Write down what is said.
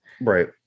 Right